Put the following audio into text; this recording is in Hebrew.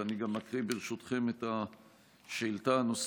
אז גם אקריא ברשותכם את השאילתה הנוספת,